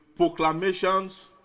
Proclamations